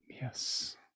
Yes